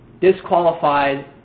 Disqualified